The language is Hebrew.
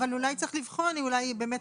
אבל אולי צריך לבחון, אם את